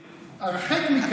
כן.